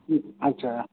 ᱟᱪᱪᱷᱟ